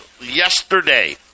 Yesterday